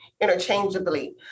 interchangeably